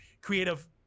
creative